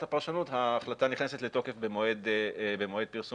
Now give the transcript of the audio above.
הפרשנות ההחלטה נכנסת לתוקף במועד פרסומה,